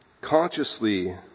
Consciously